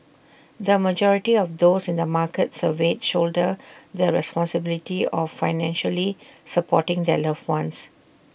the majority of those in the markets surveyed shoulder the responsibility of financially supporting their loved ones